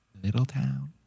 Littletown